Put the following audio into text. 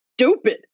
stupid